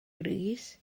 rees